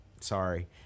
Sorry